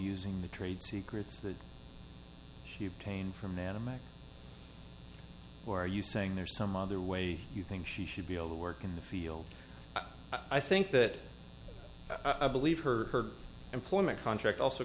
using the trade secrets that she obtained from anime or are you saying there some other way you think she should be able to work in the field i think that i believe her employment contract also